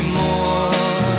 more